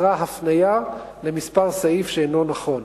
נותרה הפניה למספר סעיף שאינו נכון.